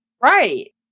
Right